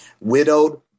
widowed